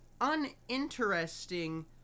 uninteresting